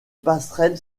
passerelle